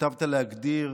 היטבת להגדיר